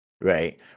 right